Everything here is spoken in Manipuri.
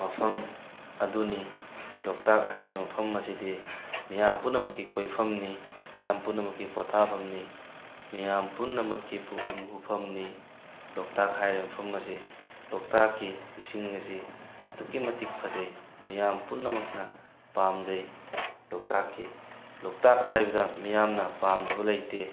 ꯃꯐꯝ ꯑꯗꯨꯅꯤ ꯂꯣꯛꯇꯥꯛ ꯍꯥꯏꯔꯤꯕ ꯃꯐꯝ ꯑꯁꯤꯗꯤ ꯃꯤꯌꯥꯝ ꯄꯨꯝꯅꯃꯛꯀꯤ ꯀꯣꯏꯐꯝꯅꯤ ꯃꯤꯌꯥꯝ ꯄꯨꯝꯅꯃꯛꯀꯤ ꯄꯣꯊꯥꯐꯝꯅꯤ ꯃꯤꯌꯥꯝ ꯄꯨꯝꯅꯃꯛꯀꯤ ꯄꯨꯛꯅꯤꯡ ꯍꯨꯐꯝꯅꯤ ꯂꯣꯛꯇꯥꯛ ꯍꯥꯏꯔꯤꯕ ꯃꯐꯝ ꯑꯁꯤ ꯂꯣꯛꯇꯥꯛꯀꯤ ꯏꯁꯤꯡ ꯑꯁꯤ ꯑꯗꯨꯛꯀꯤ ꯃꯇꯤꯛ ꯐꯖꯩ ꯃꯤꯌꯥꯝ ꯄꯨꯝꯅꯃꯛꯅ ꯄꯥꯝꯖꯩ ꯂꯣꯛꯇꯥꯛꯀꯤ ꯂꯣꯛꯇꯥꯛ ꯍꯥꯏꯕꯗ ꯃꯤꯌꯥꯝꯅ ꯄꯥꯝꯗꯕ ꯂꯩꯇꯦ